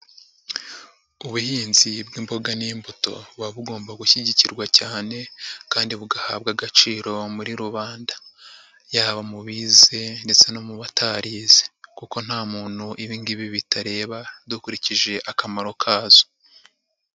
Ubuhinzi bw'imboga n'imbuto buba bugomba gushyigikirwa cyane kandi bugahabwa agaciro muri rubanda, yaba mubize ndetse no mu batarize kuko nta muntu ibi ngibi bitareba dukurikije akamaro kazo.